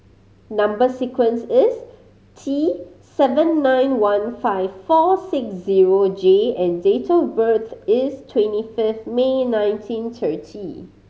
number sequence is T seven nine one five four six zero J and date of birth is twenty fifth May nineteen thirty